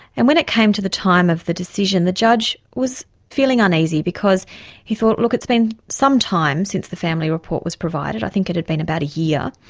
and when it came to the time of the decision the judge was feeling uneasy because he thought, thought, look, it's been some time since the family report was provided', i think it had been about a year,